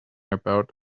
about